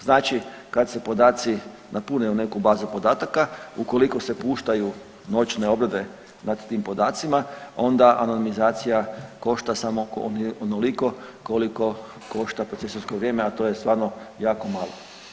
Znači kad se podaci napune u neku bazu podataka ukoliko se puštaju noćne obrade nad tim podacima onda anonimizacija košta samo onoliko koliko košta procesorsko vrijeme, a to je stvarno jako malo.